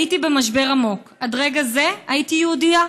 הייתי במשבר עמוק: עד לרגע זה הייתי יהודייה,